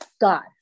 God